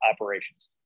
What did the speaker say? operations